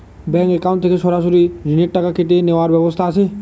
Bank account থেকে সরাসরি ঋণের টাকা কেটে নেওয়ার ব্যবস্থা আছে?